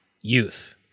youth